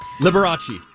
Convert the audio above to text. Liberace